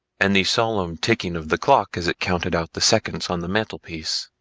and the solemn ticking of the clock as it counted out the seconds on the mantel-piece.